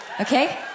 Okay